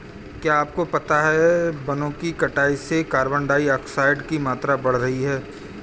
क्या आपको पता है वनो की कटाई से कार्बन डाइऑक्साइड की मात्रा बढ़ रही हैं?